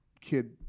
kid